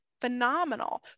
Phenomenal